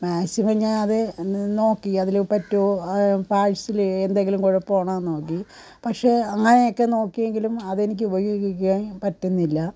maximum ഞാൻ അത് ന് നോക്കി അതിൽ പറ്റുമോ പാഴ്സലിൽ എന്തെങ്കിലും കുഴപ്പമാണോ നോക്കി പക്ഷെ അങ്ങനെയൊക്കെ നോക്കിയെങ്കിലും അതെനിക്കു ഉപയോഗിക്കാന് പറ്റുന്നില്ല